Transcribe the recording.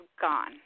gone